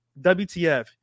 WTF